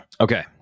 Okay